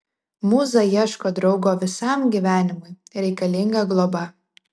mūza ieško draugo visam gyvenimui reikalinga globa